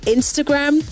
Instagram